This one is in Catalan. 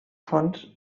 fons